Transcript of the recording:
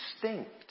distinct